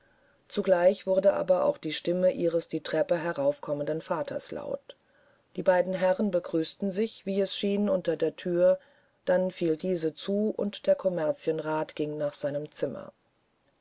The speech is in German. zugleich wurde aber auch die stimme ihres die treppe heraufkommenden vaters laut die beiden herren begrüßten sich wie es schien unter der thür dann fiel diese zu und der kommerzienrat ging nach seinem zimmer